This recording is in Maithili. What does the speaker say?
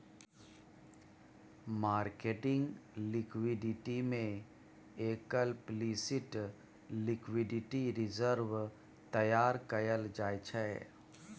मार्केटिंग लिक्विडिटी में एक्लप्लिसिट लिक्विडिटी रिजर्व तैयार कएल जाइ छै